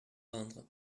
vendre